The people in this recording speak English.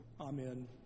amen